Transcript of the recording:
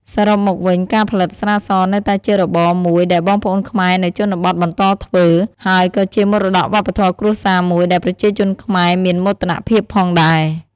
សរុបមកវិញ ការផលិតស្រាសនៅតែជារបរមួយដែលបងប្អូនខ្មែរនៅជនបទបន្តធ្វើ ហើយក៏ជាមរតក៌វប្បធម៌គ្រួសារមួយដែលប្រជាជនខ្មែរមានមោទនភាពផងដែរ។